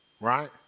right